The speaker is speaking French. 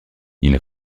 ils